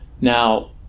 Now